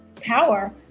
power